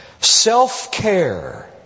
Self-Care